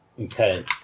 Okay